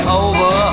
over